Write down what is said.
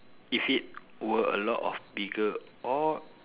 if it were a lot of bigger or